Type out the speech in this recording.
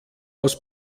aus